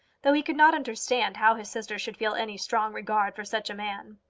though he could not understand how his sister should feel any strong regard for such a man.